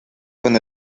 con